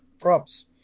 props